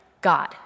God